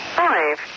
five